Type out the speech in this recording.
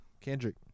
Kendrick